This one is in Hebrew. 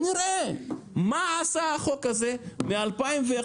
ונראה מה עשה החוק הזה ב-2011.